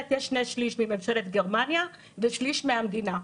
שיש שני שליש מממשלת גרמניה ושליש מהמדינה.